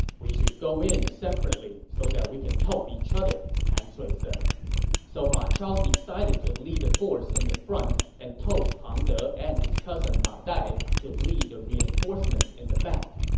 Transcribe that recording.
we should go in separately so that we can help each other, han sui said so ma chao decided to lead the force in the front and told pang de and his cousin ma dai to lead the reinforcements in the back.